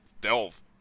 delve